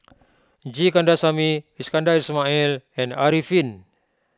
G Kandasamy Iskandar Ismail and Arifin